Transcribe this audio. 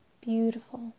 beautiful